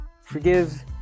Forgive